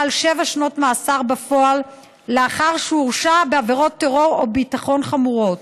על שבע שנות מאסר בפועל לאחר שהורשע בעבירות טרור או ביטחון חמורות